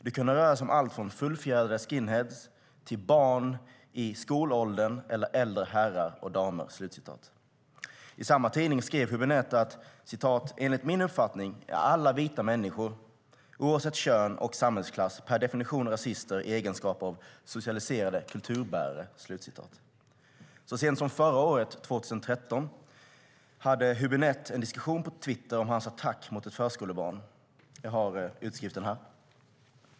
Det kunde röra sig om allt från fullfjädrade skinheads, till barn i skolåldern eller äldre herrar och damer". I samma tidning skriver Hübinette: "Enligt min uppfattning är alla vita människor, oavsett kön och samhällsklass, per definition rasister i egenskap av socialiserade kulturbärare." Så sent som förra året, 2013, hade Hübinette en diskussion på Twitter om sin attack mot ett förskolebarn. Jag har utskriften här.